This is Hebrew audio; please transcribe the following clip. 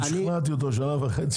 לא, שכנעתי אותו שנה וחצי.